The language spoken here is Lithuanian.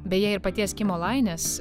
beje ir paties kimo lainės